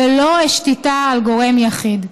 ולא השתיתהּ על גורם יחיד.